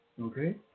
Okay